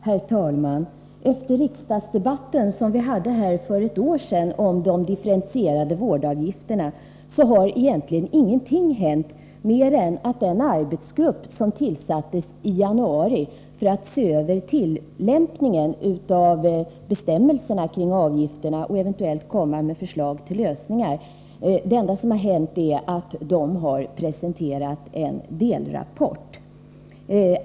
Herr talman! Efter den riksdagsdebatt om de differentierade vårdavgifterna som vi hade för ett år sedan har egentligen ingenting hänt, mer än att den arbetsgrupp som tillsattes i januari för att se över tillämpningen av bestämmelserna och eventuellt komma med förslag till lösningar har presenterat en delrapport.